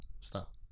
stop